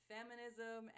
Feminism